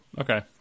Okay